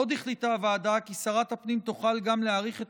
עוד החליטה הוועדה כי שרת הפנים תוכל גם להאריך את